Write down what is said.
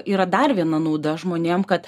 yra dar viena nauda žmonėm kad